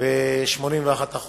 ו-81%